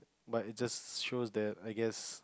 but it just shows that I guess